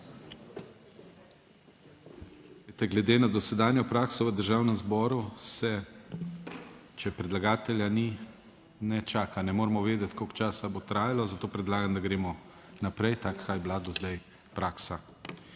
glede na dosedanjo prakso v Državnem zboru se, če predlagatelja ni, ne čaka, Ne moremo vedeti, koliko časa bo trajalo, zato predlagam, da gremo naprej tako kot je bila doslej praksa.